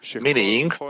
meaning